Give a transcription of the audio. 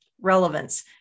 relevance